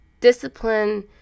Discipline